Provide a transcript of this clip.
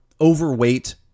overweight